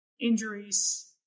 injuries